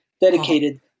dedicated